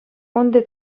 унти